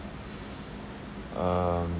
um